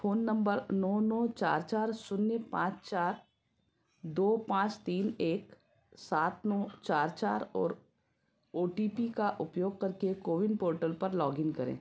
phone number नौ नौ चार चार शून्य पाँच चार दो पाँच तीन एक सात नौ चार चार और ओ टी पी का उपयोग करके कोविन पोर्टल पर लॉग इन करें